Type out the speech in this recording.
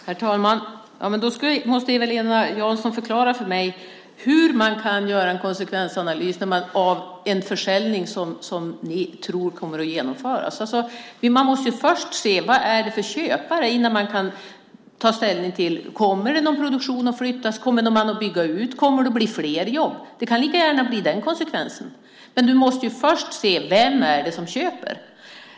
Herr talman! Då måste Eva-Lena Jansson förklara för mig hur man kan göra en konsekvensanalys av en försäljning som antas komma att genomföras. Man måste först se vad det är för köpare. Sedan kan man ta ställning till om någon produktion kommer att flyttas, om man kommer att bygga ut eller om det blir fler jobb - vilket lika gärna kan bli konsekvensen. Du måste alltså först se vem det är som köper.